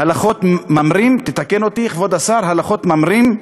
הלכות ממרים, תתקן אותי, כבוד השר, הלכות ממרים,